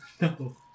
No